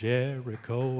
Jericho